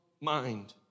mind